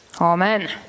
Amen